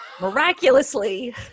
Miraculously